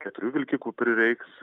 keturių vilkikų prireiks